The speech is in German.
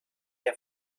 der